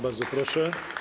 Bardzo proszę.